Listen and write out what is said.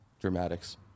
Dramatics